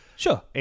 Sure